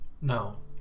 No